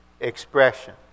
expression